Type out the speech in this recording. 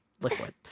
liquid